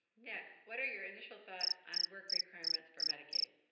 next. what are your initial thoughts on work requirements for medicaid?